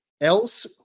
Else